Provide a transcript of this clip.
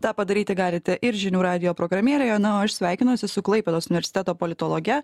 tą padaryti galite ir žinių radijo programėlėje na o aš sveikinuosi su klaipėdos universiteto politologe